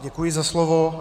Děkuji za slovo.